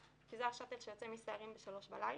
כי זה השאטל שיוצא מסיירים ב-3:00 בלילה.